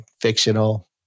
fictional